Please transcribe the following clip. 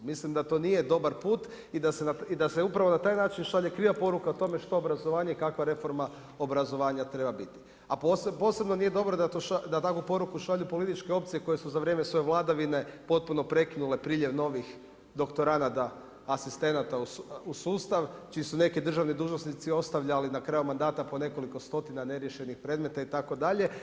Mislim da to nije dobar put i da se upravo na taj način šalje kriva poruka o tome što obrazovanje i kakva reforma obrazovanja treba biti, a posebno nije dobro da takvu poruku šalju političke opcije koje su za vrijeme svoje vladavine potpuno prekinule priljev novih doktoranata, asistenata u sustav, čiji su neki državni dužnosnici ostavljali na kraju mandata po nekoliko stotina neriješenih predmeta itd.